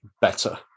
better